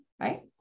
right